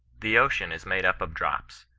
the ocean is made up of drops.